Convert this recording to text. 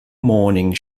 morning